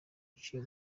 uciye